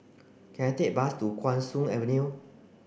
can I take bus to Guan Soon Avenue